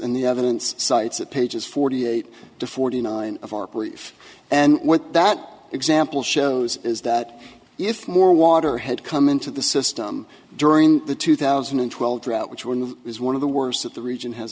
in the evidence sites at pages forty eight to forty nine of our belief and what that example shows is that if more water had come into the system during the two thousand and twelve drought which one is one of the worse that the region has